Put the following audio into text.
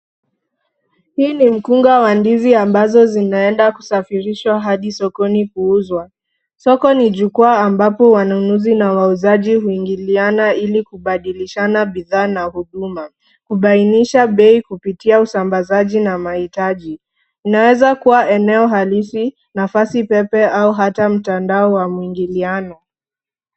Hii ni mkunga wa ndizi ambazo zinaenda kusafirishwa hadi sokoni kuuzwa. Soko ni jukwaa ambapo wanunuzi na wauzaji huingiliana ili kubadilishana bidhaa na huduma. Kubainisha bei kupitia usambazaji na mahitaji. Inaweza kuwa eneo halisi, nafasi pepe, au hata mtandao wa mwingiliano.